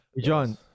john